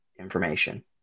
information